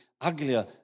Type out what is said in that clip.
uglier